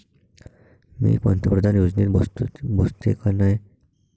मी पंतप्रधान योजनेत बसतो का नाय, हे कस पायता येईन?